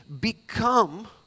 become